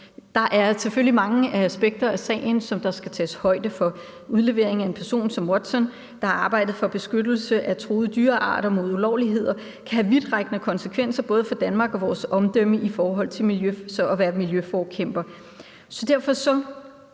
Der er selvfølgelig mange aspekter af sagen, som der skal tages højde for. Udlevering af en person som Paul Watson, der har arbejdet for beskyttelse af truede dyrearter mod ulovligheder, kan have vidtrækkende konsekvenser for Danmark og vores omdømme i forhold til så at være miljøforkæmpere.